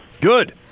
Good